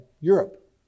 Europe